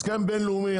הסכם בינלאומי,